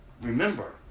remember